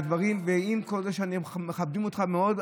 ועם כל זה שמכבדים אותך מאוד,